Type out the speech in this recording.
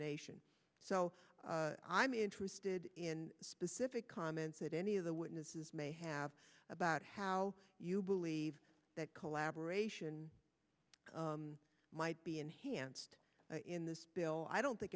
nation so i'm interested in specific comments that any of the witnesses may have about how you believe that collaboration might be enhanced in this bill i don't think